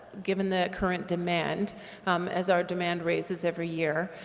given the current demand as our demand raises every year,